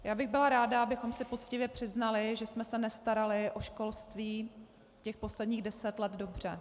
Já bych byla ráda, abychom si poctivě přiznali, že jsme se nestarali o školství těch posledních deset let dobře.